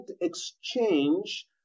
exchange